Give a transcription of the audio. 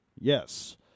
Yes